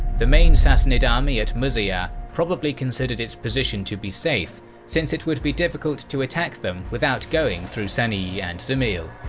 the main sassanid army at muzayyah probably considered its position to be safe since it would be difficult to attack them without going through saniyy and zumail.